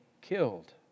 killed